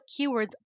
keywords